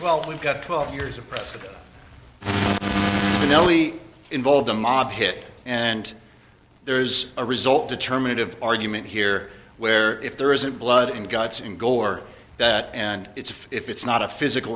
twelve we've got twelve years of the newly involved a mob hit and there's a result determinative argument here where if there isn't blood and guts and gore that and it's if it's not a physical